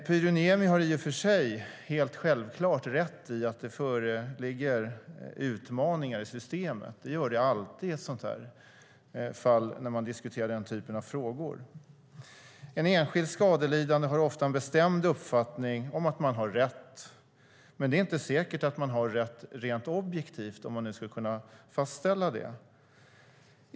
Pyry Niemi har i och för sig helt självklart rätt i att det föreligger utmaningar i systemet. Det gör det alltid i sådana här fall och när man diskuterar den här typen av frågor. En enskild skadelidande har ofta en bestämd uppfattning om att man har rätt, men det är inte säkert att man har rätt rent objektivt, om det nu skulle kunna fastställas.